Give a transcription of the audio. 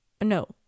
no